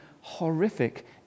horrific